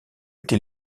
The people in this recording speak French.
était